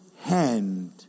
hand